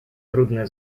трудная